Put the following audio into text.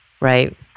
Right